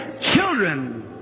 children